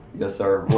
yes sir,